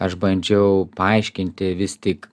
aš bandžiau paaiškinti vis tik